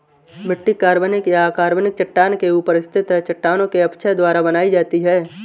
मिट्टी कार्बनिक या अकार्बनिक चट्टान के ऊपर स्थित है चट्टानों के अपक्षय द्वारा बनाई जाती है